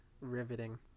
riveting